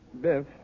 Biff